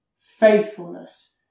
Faithfulness